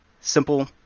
simple